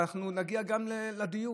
ואנחנו נגיע גם לדיור.